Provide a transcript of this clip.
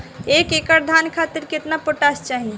एक एकड़ धान खातिर केतना पोटाश चाही?